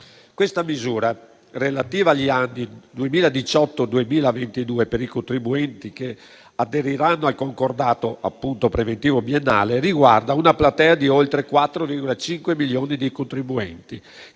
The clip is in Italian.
Questa misura, relativa agli anni 2018-2022, per i contribuenti che aderiranno al concordato, appunto preventivo biennale, riguarda una platea di oltre 4,5 milioni di contribuenti,